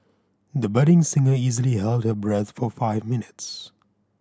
the budding singer easily held her breath for five minutes